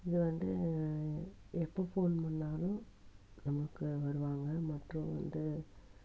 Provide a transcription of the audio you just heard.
இங்கே வந்து எப்போ ஃபோன் பண்ணாலும் நமக்கு வருவாங்க மற்றவங்க வந்து